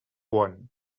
one